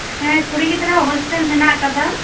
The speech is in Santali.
ᱦᱮᱸ ᱠᱩᱲᱤ ᱜᱤᱫᱽᱨᱟᱹ ᱦᱳᱥᱴᱮᱞ ᱢᱮᱱᱟᱜ ᱟᱠᱟᱫᱟ